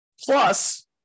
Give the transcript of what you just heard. Plus